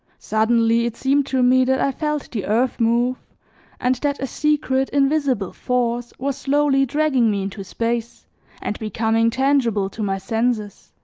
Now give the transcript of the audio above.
suddenly it seemed to me that i felt the earth move and that a secret invisible force was slowly dragging me into space and becoming tangible to my senses